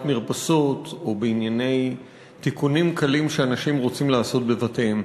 מרפסות או בענייני תיקונים קלים שאנשים רוצים לעשות בבתיהם.